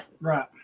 Right